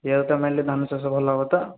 ଏୟାକୁ ତ ମାରିଲେ ଧାନ ଚାଷ ଭଲ ହବ ତ